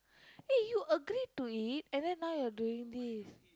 eh you agreed to it and then now you're doing this